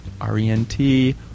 R-E-N-T